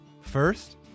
First